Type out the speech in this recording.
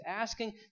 asking